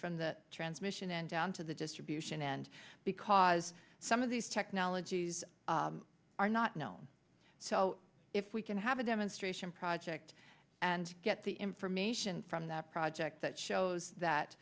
from the transmission and down to the distribution end because some of these technologies are not known so if we can have a demonstration project and get the information from that project that shows that